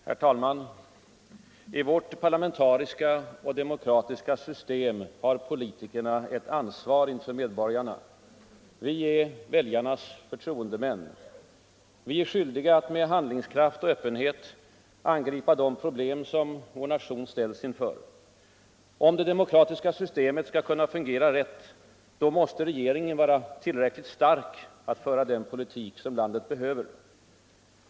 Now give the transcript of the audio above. Herr talman! I vårt parlamentariska och demokratiska system har politikerna ett ansvar inför medborgarna. Vi är väljarnas förtroendemän. Vi är skyldiga att med handlingskraft och öppenhet angripa de problem vår nation ställs inför. Om det demokratiska systemet skall kunna fungera rätt måste regeringen vara tillräckligt stark att föra den politik som landet behöver.